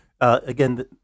Again